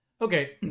Okay